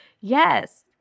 Yes